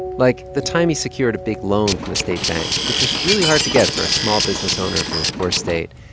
and like the time he secured a big loan from the state bank, which was really hard to get for a small-business owner from a poor state.